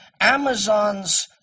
Amazon's